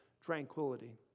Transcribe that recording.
tranquility